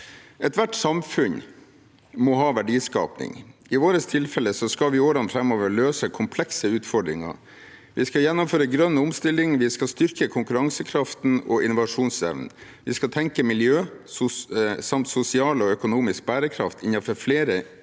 Ethvert samfunn må ha verdiskaping. I vårt tilfelle skal vi i årene framover løse komplekse utfordringer: Vi skal gjennomføre grønn omstilling, vi skal styrke konkurransekraften og innovasjonsevnen, vi skal tenke miljø samt sosial og økonomisk bærekraft innenfor flere ulike